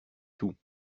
tout